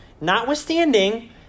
Notwithstanding